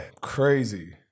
crazy